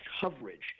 coverage